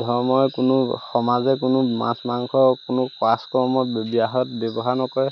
ধৰ্মৰে কোনো সমাজে কোনো মাছ মাংস কোনো কাজ কৰ্মৰ বিবাহত ব্যৱহাৰ নকৰে